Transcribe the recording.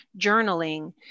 journaling